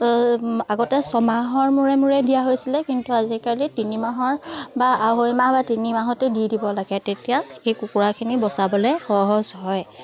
আগতে ছমাহৰ মূৰে মূৰে দিয়া হৈছিলে কিন্তু আজিকালি তিনিমাহৰ বা আঢ়ৈ মাহ বা তিনিমাহতেই দি দিব লাগে তেতিয়া সেই কুকুৰাখিনি বচাবলৈ সহজ হয়